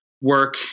work